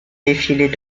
défilés